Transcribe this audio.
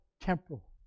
temporal